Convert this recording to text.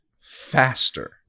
faster